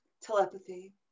telepathy